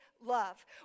love